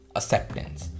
acceptance